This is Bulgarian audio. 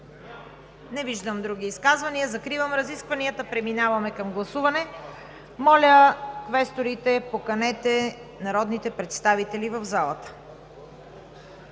Не виждам. Закривам разискванията и преминаваме към гласуване. Моля, квесторите, поканете народните представители в залата.